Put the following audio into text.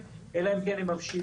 אלא כאשר התיקים מגיעים אלינו.